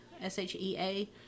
S-H-E-A